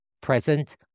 present